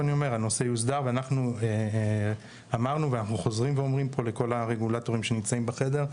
אנחנו חוזרים ואומרים לכל הרגולטורים שנמצאים פה בחדר: